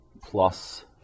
plus